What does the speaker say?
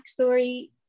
backstory